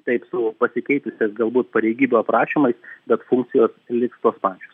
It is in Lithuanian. taip su pasikeitusia galbūt pareigybių aprašymais bet funkcijos liks tos pačios